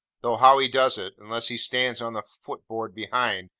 though how he does it, unless he stands on the footboard behind,